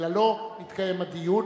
בגללו התקיים הדיון,